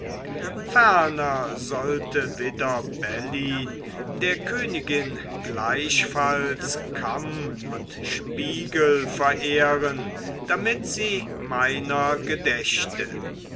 sollte widder bellyn der königin gleichfalls kamm und spiegel verehren damit sie meiner gedächte